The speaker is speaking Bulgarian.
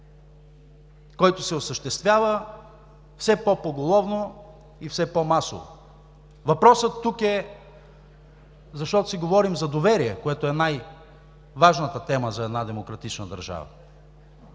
който се осъществява все по-поголовно и все по-масово. Въпросът е, защото тук си говорим за доверие, което е най-важната тема за една демократична държава,